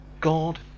God